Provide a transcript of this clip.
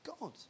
god